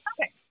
okay